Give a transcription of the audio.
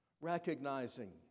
recognizing